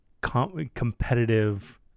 competitive